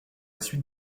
suite